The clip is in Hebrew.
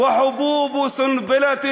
חדר המעצר